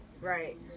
Right